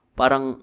parang